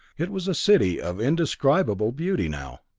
it was a city of indescribable beauty now.